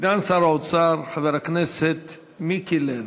סגן שר האוצר חבר הכנסת מיקי לוי.